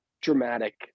dramatic